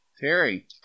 Terry